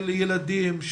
של ילדים,